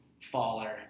faller